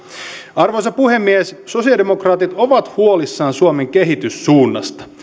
arvoisa puhemies sosialidemokraatit ovat huolissaan suomen kehityssuunnasta